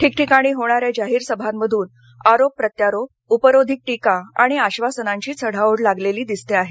ठिकठिकाणी होणाऱ्या जाहीर सभांमधून आरोप प्रत्यारोप उपरोधिक टीका आणि आश्वासनांची चढाओढ लागलेली दिसते आहे